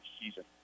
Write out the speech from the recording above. season